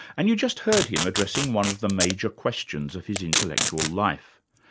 and you just heard him addressing one of the major questions of his intellectual life.